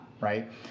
right